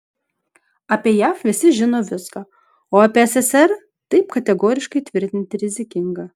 apie jav visi žino viską o apie sssr taip kategoriškai tvirtinti rizikinga